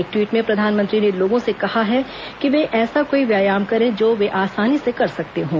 एक ट्वीट में प्रधानमंत्री ने लोगों से कहा है कि वे कोई ऐसा व्यायाम करें जो वे आसानी से कर सकते हों